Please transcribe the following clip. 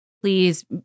please